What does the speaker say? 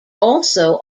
also